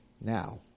Now